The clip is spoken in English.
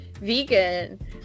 vegan